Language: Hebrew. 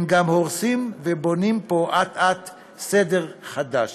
הם גם הורסים, ובונים פה אט-אט סדר חדש.